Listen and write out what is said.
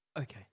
Okay